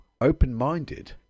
open-minded